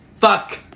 Fuck